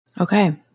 Okay